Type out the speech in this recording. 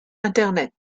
internet